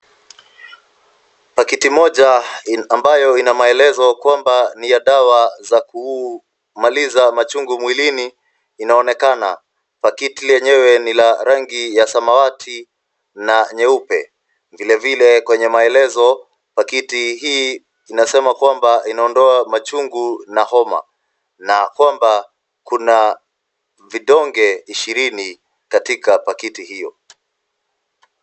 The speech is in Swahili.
Pakiti moja ambayo ina maelezo kwamba ni ya dawa za kumaliza machungu mwilini inaonekana. Pakiti lenyewe ni ya rangi ya samawati na nyeupe. Vilevile kwenye maelezo, pakiti hii inasema kwamba inaondoa machungu na homa na kwamba kuna vidonge ishirini katika pakiti hiyo.